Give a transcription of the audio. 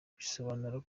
bisobanura